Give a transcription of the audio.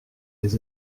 des